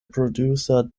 producer